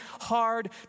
hard